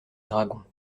dragons